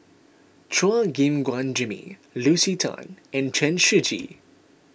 Chua Gim Guan Jimmy Lucy Tan and Chen Shiji